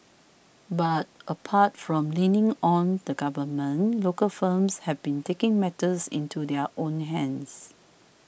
but apart from leaning on the government local firms have been taking matters into their own hands